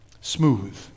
smooth